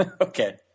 Okay